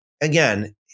again